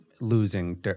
losing